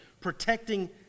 protecting